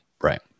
Right